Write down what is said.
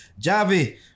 Javi